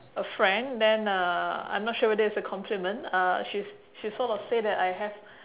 a friend then uh I'm not sure whether it's a compliment uh she she sort of say that I have